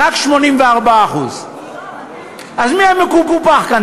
רק 84%. אז מי המקופח כאן,